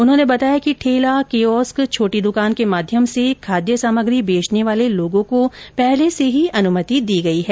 उन्होंने बताया कि ठेला कियोस्क छोटी दुकान के माध्यम से खाद्य सामग्री बेचने वाले लोगों को पहले से ही अनुमति दी गयी है